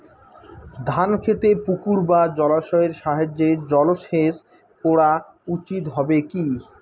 ধান খেতে পুকুর বা জলাশয়ের সাহায্যে জলসেচ করা উচিৎ হবে কি?